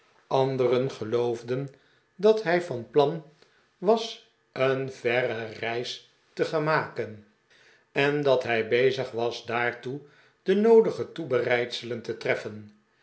anderen geloofden dat hij van plan was een verre reis te gaan maken en dat hij bezig was daartoe de noodige toebereidselen te treffen